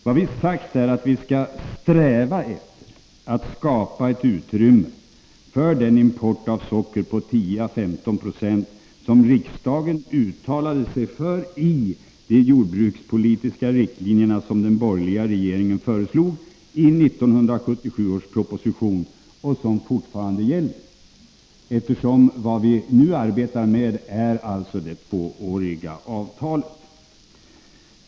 Vad vi har sagt är att vi skall sträva efter att skapa utrymme för den import av socker på 10 å 15 26 som riksdagen uttalade sig för i enlighet med de jordbrukspolitiska riktlinjer som den borgerliga regeringen föreslog i 1977 års proposition och som fortfarande gäller, även om vi nu arbetar med det tvååriga avtalet.